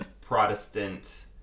Protestant